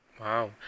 Wow